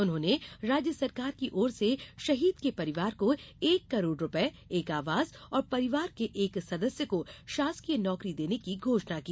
उन्होंने राज्य सरकार की ओर से शहीद के परिवार को एक करोड़ रूपये एक आवास और परिवार के एक सदस्य को शासकीय नौकरी देने की घोषणा की